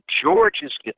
George's